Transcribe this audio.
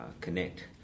connect